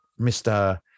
Mr